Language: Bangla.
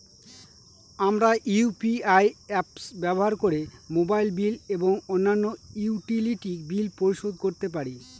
আমরা ইউ.পি.আই অ্যাপস ব্যবহার করে মোবাইল বিল এবং অন্যান্য ইউটিলিটি বিল পরিশোধ করতে পারি